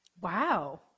Wow